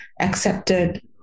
accepted